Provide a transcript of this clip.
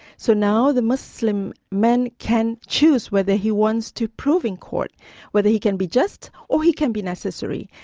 so now the muslim man can choose whether he wants to prove in court whether he can be just or he can be necessary.